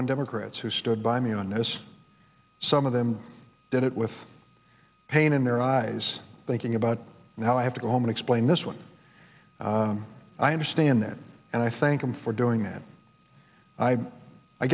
one democrats who stood by me on this some of them did it with pain in their eyes thinking about how i have to go home and explain this one i understand that and i thank them for doing it i